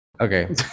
Okay